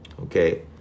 Okay